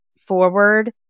forward